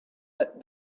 that